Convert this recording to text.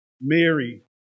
Mary